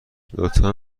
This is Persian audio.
لطفا